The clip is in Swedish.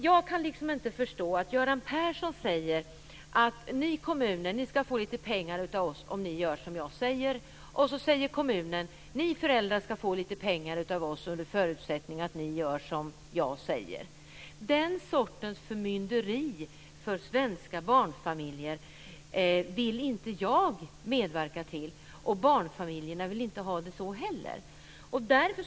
Jag kan inte förstå att Göran Persson säger till kommunerna att de ska få lite pengar om de gör som han säger och att kommunen sedan säger till föräldrarna om de ska få lite pengar av den under förutsättning att de gör som kommunen säger. Den sortens förmynderi för svenska barnfamiljer vill inte jag medverka till. Inte heller barnfamiljerna vill ha en sådan ordning.